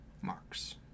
marks